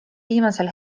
viimasel